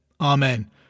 Amen